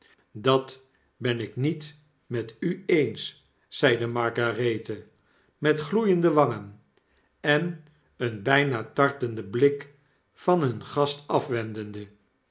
dat ben ik niet met u eens zeide magarethe met gloeiende wangen en een byna tartenden blik van hun gast afwendende